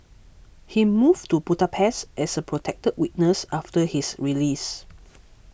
he moved to Budapest as a protected witness after his release